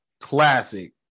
Classic